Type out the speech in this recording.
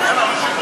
זה לא נכון.